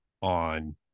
on